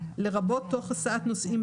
לרבות תוך הסעת נוסעים,